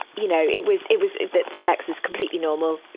you know, it was, it was the the sex was completely normal.